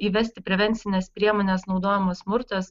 įvesti prevencines priemones naudojamas smurtas